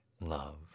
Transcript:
love